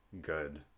good